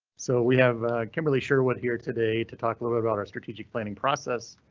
so we have kimberly sherwood here today to talk and about about our strategic planning process.